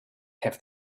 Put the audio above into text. have